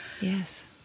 Yes